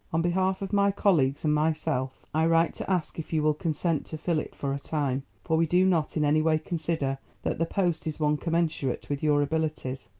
on behalf of my colleagues and myself i write to ask if you will consent to fill it for a time, for we do not in any way consider that the post is one commensurate with your abilities.